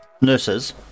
nurses